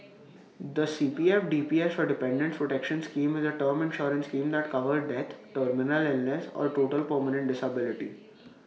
the C P F D P S or Dependants' protection scheme is A term insurance scheme that covers death terminal illness or total permanent disability